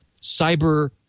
cyber